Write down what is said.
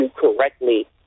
correctly